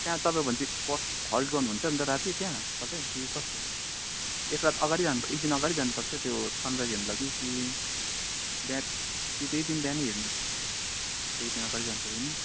त्यहाँ तपाईँ भनेपछि होल्ड गर्नु हुन्छ अन्त राति त्यहाँ तपाई कि कसो एक रात अगाडि जानु एक दिन अगाडि जानु पर्छ त्यो सन राइज हेर्नु लागि कि बिहान कि त्यही दिन बिहानै हिँड्नु एक दिन अगाडि जानुपऱ्यो नि